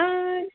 आ